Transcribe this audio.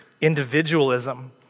individualism